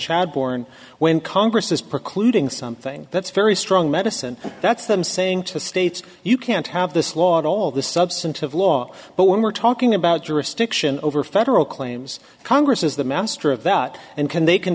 chad born when congress is precluding something that's very strong medicine that's them saying to the states you can't have this law all the substantive law but when we're talking about jurisdiction over federal claims congress is the master of that and can they can